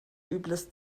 übles